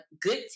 good